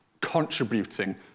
Contributing